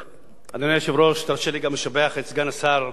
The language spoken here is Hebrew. תרשה לי גם לשבח את סגן השר יצחק כהן,